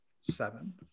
seven